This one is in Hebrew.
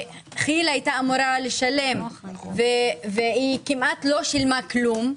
שכי"ל היתה אמורה לשלם וכמעט לא שילמה כלום,